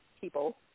people